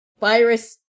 virus